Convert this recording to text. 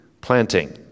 planting